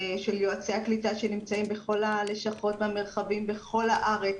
של יועצי הקליטה שנמצאים בכל הלשכות והמרחבים בכל הארץ